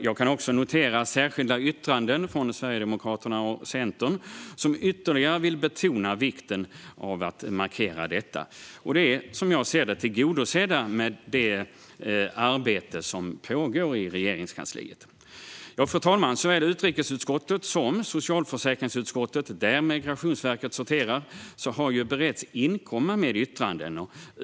Jag kan också notera särskilda yttranden från Sverigedemokraterna och Centern, som ytterligare vill betona vikten av att markera detta. Som jag ser det är detta tillgodosett i och med det arbete som pågår i Regeringskansliet. Fru talman! Såväl utrikesutskottet som socialförsäkringsutskottet, där frågor om Migrationsverket hör hemma, har beretts tillfälle att inkomma med yttranden.